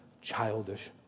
childish